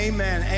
Amen